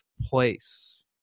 place